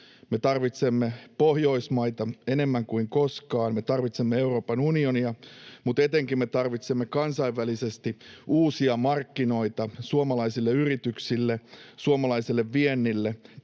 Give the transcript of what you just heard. Me tarvitsemme Pohjoismaita enemmän kuin koskaan, me tarvitsemme Euroopan unionia. Mutta etenkin me tarvitsemme kansainvälisesti uusia markkinoita suomalaisille yrityksille, suomalaiselle viennille